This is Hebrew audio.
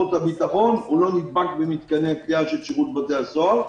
הוא לא נדבק במתקני כליאה של שירות בתי הסוהר.